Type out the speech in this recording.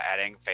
adding